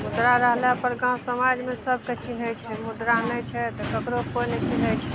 मुद्रा रहला पर गाँव समाजमे सबके चिन्हय छै मुद्रा नहि छै तऽ ककरो कोइ नहि चिन्हय छै